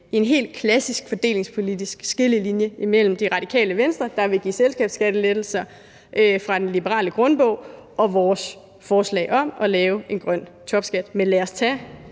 er en helt klassisk fordelingspolitisk skillelinje imellem Det Radikale Venstre, der vil give selskabsskattelettelser fra den liberale grundbog, og vores forslag om at lave en grøn topskat. Men lad os tage